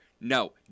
No